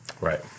Right